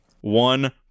one